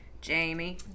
Jamie